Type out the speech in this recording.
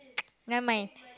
never mind